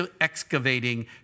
excavating